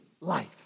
life